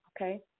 okay